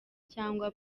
cyangwa